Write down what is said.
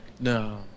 No